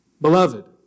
Beloved